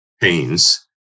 pains